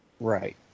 right